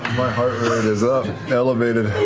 my heart rate is up, elevated.